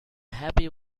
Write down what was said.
happy